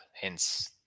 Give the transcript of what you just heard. hence